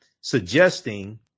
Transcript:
suggesting